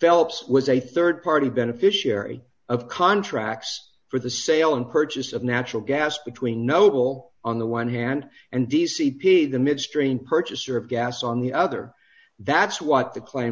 phelps was a rd party beneficiary of contracts for the sale and purchase of natural gas between noble on the one hand and d c p the midstream purchaser of gas on the other that's what the claim